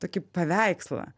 tokį paveikslą